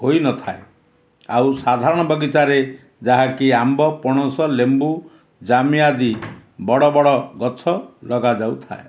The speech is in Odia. ହୋଇନଥାଏ ଆଉ ସାଧାରଣ ବଗିଚାରେ ଯାହାକି ଆମ୍ବ ପଣସ ଲେମ୍ବୁ ଜାମି ଆଦି ବଡ଼ ବଡ଼ ଗଛ ଲଗାଯାଉଥାଏ